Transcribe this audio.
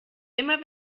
immer